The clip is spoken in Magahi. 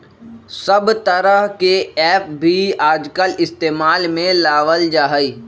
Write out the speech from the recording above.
सब तरह के ऐप भी आजकल इस्तेमाल में लावल जाहई